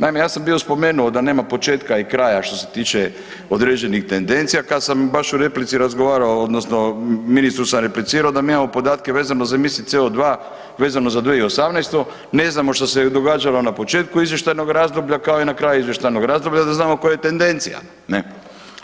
Naime, ja sam bio spomenuo da nema početka i kraja što se tiče određenih tendencija kad sam baš u replici razgovarao odnosno ministru sam replicirao da mi imao podatke vezano za emisije CO2 vezano za 2018.-tu, ne znamo što je događalo na početku izvještajnog razdoblja kao i na kraju izvještajnog razdoblja da znamo koja je tendencija ne,